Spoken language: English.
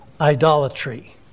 idolatry